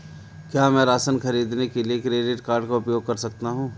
क्या मैं राशन खरीदने के लिए क्रेडिट कार्ड का उपयोग कर सकता हूँ?